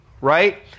right